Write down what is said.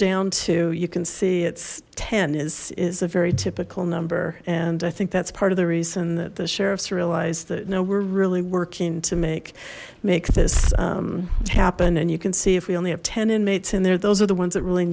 down to you can see it's ten is is a very typical number and i think that's part of the reason that the sheriff's realized that no we're really working to make make this happen and you can see if we only have ten inmates in there those are the ones that really